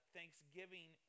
Thanksgiving